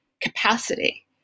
capacity